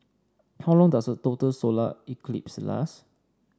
how long does a total solar eclipse last